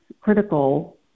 critical